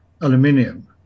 aluminium